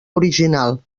original